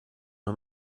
una